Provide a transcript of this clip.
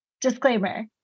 disclaimer